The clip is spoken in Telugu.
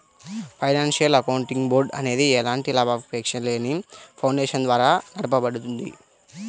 ఫైనాన్షియల్ అకౌంటింగ్ బోర్డ్ అనేది ఎలాంటి లాభాపేక్షలేని ఫౌండేషన్ ద్వారా నడపబడుద్ది